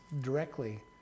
directly